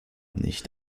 nicht